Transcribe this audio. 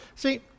See